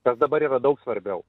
kas dabar yra daug svarbiau